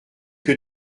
que